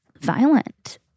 violent